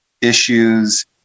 issues